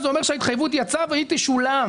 מחויב, זה אומר שההתחייבות יצאה והיא תשולם.